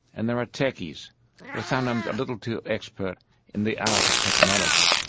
and there are techies, who are sometimes a little too expert in the art of technology.